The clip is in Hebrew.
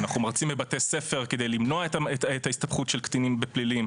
אנחנו מרצים בבתי ספר כדי למנוע את ההסתבכות של קטינים בפלילים.